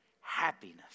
happiness